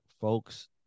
folks